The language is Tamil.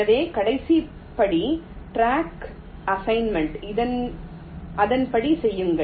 எனவே கடைசி படி டிராக் அசைன்மென்ட் அதன்படி செய்யுங்கள்